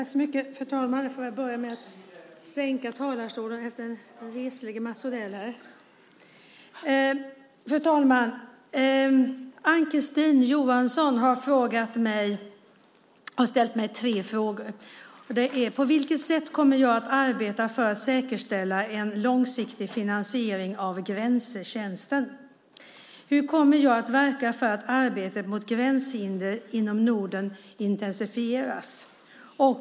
Fru talman! Ann-Kristine Johansson har ställt tre frågor till mig: På vilket sätt kommer jag att arbeta för att säkerställa en långsiktig finansiering av Grensetjänsten? Hur kommer jag att verka för att arbetet mot gränshinder inom Norden intensifieras?